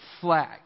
flag